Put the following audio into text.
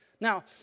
Now